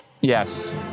Yes